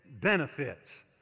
benefits